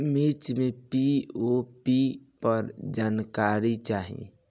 मिर्च मे पी.ओ.पी पर जानकारी चाही?